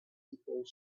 people